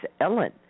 Ellen